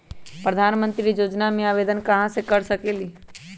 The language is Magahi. प्रधानमंत्री योजना में आवेदन कहा से कर सकेली?